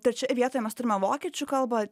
trečioje vietoje mes turime vokiečių kalbą